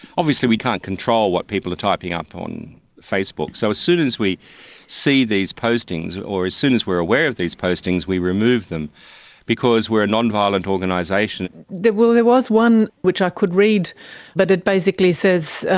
obviously we can't control what people are typing up on facebook, so as soon as we see these postings or or as soon as we are aware of these postings, we remove them because we are a non-violent organisation. there was one which i could read but it basically says,